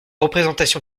représentation